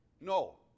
no